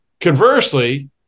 conversely